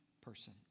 person